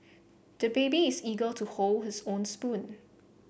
the baby is eager to hold his own spoon